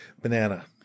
Banana